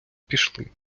пішли